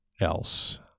else